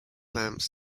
lamps